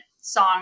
song